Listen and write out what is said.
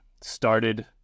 Started